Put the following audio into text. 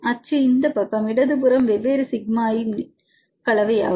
அச்சு இந்த பக்கம் இடது புறம் வெவ்வேறு சிக்மா i இன் கலவையாகும்